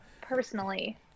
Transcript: personally